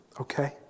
Okay